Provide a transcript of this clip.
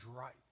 right